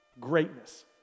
greatness